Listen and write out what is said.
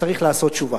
צריך לעשות תשובה.